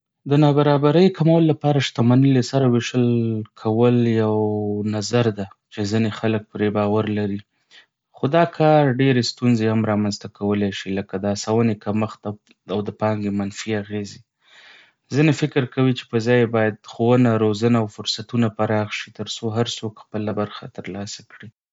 د نابرابرۍ کمولو لپاره شتمني له سره وېشل کول یوه نظر ده چې ځینې خلک پرې باور لري. خو دا کار ډېرې ستونزې هم رامنځته کولی شي، لکه د هڅونې کمښت او د پانګې منفي اغېزې. ځینې فکر کوي چې پرځای یې باید ښوونه، روزنه او فرصتونه پراخ شي ترڅو هر څوک خپله برخه ترلاسه کړي.